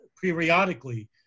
periodically